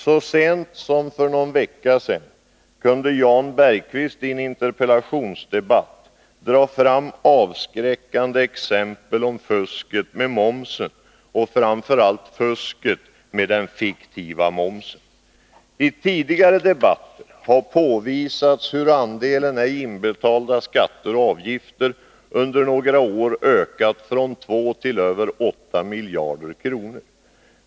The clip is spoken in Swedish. Så sent som för någon vecka sedan kunde Jan Bergqvist i en interpellationsdebatt dra fram avskräckande exempel på fusket med momsen, framför allt fusket med den fiktiva momsen. I tidigare debatter har påvisats hur andelen ej inbetalda skatter och avgifter under några år ökat från 2 till över 8 miljarder kronor.